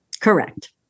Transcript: Correct